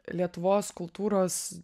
lietuvos kultūros